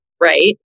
right